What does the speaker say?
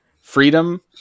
freedom